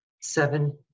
Seven